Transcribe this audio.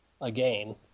again